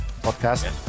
podcast